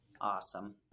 Awesome